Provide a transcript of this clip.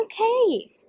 okay